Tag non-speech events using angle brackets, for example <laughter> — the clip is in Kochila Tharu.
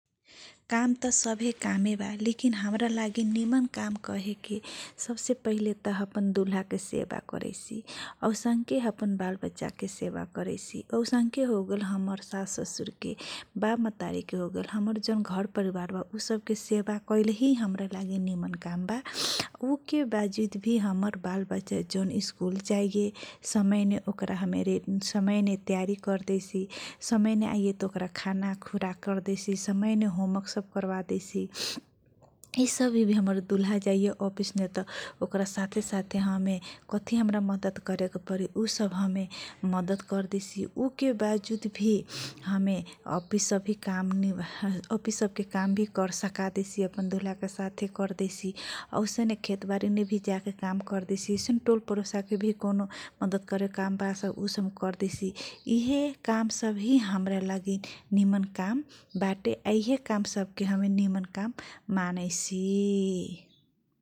काम त सभे कामे बा लिकिन हमरा लागि निमन काम कहेके सबसे पहिले त हम अपन दुलहाके सेबा करैसी औसनके हम अपन बाल बचाके सेबा करैसी औसनके होगेल हमर सास ससुर के बाप मतारीके होगेल हमर जौन घर परिवार बा उ सब के सेबा कैलही हमरा लागि निमन काम बा उ के बाजुधभी हमर बाल बचा जौन स्कुल जाइए समयमे ओकरा हमे <hesitation> समयमे तयारी करदैसी समयमे आइए त ओकरा खाना खोराक करदैसी समयमे होमवर्क सब करबा दैसी। इ सब मेभी हमर दुलहा जाइए ओपिस मेत ओकरा साथे साथे हमे कथी हमरा मदत करेके परी उ सब हमे मदत करदैसी उके बाजुध भी हमे ओपिस सब के काम निभा ओपिस सब के काम सका दैसी अपन दुलहाके साथे करदैसी औसने खेत बारीमेभी जाके काम करदैसी अइसे टोल परोसाके भी कौनो मदत परे काम परे सब भी करदैसी इहे काम सबही हमरा लागि निमन काम बाटे आ इहे काम सब के हम निमन काम मानैसीइ।